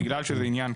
בגלל שזה עניין,